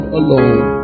alone